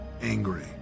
angry